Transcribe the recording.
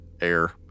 air